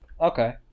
Okay